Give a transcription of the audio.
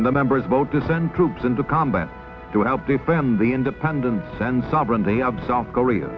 and the members vote to send troops into combat throughout the band the independence and sovereignty of south korea